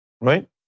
Right